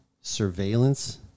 surveillance